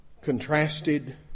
contrasted